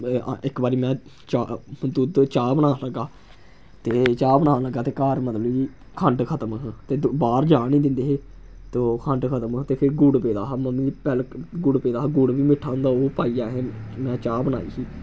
इक बारी में चा दुद्ध चाह् बनान लगा ते चाह् बनान लग्गा ते घर मतलब कि खंड खतम ही ते बाह्र जान निं दिंदे हे तो खंड खतम ते फिर गुड़ पेदा हा मम्मी पैह्ले गुड़ पेदा हा गुड़ बी मिट्ठा होंदा ओह् पाइयै में चाह् बनाई ही